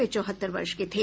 वे चौहत्तर वर्ष के थे